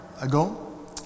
ago